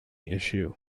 issue